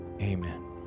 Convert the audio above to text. amen